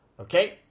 Okay